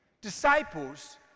disciples